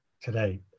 today